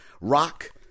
Rock